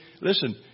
listen